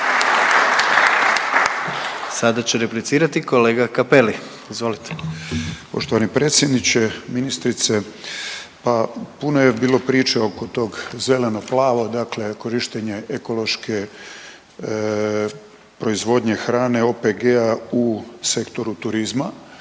Sada će replicirati kolega Cappelli, izvolite. **Cappelli, Gari (HDZ)** Poštovani predsjedniče, ministrice. Pa puno je bilo priče oko tog zeleno-plavo dakle korištenje ekološke proizvodnje hrane OPG-a u sektoru turizma